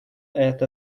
это